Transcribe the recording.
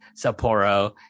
sapporo